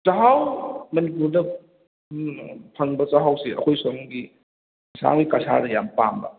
ꯆꯍꯥꯎ ꯃꯅꯤꯄꯨꯔꯗ ꯎꯝ ꯐꯪꯕ ꯆꯍꯥꯎꯁꯤ ꯑꯩꯈꯣꯏ ꯁꯣꯝꯒꯤ ꯑꯁꯥꯝꯒꯤ ꯀꯁꯥꯔꯗ ꯌꯥꯝ ꯄꯥꯝꯕ